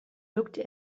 looked